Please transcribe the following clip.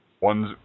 One's